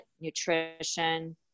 nutrition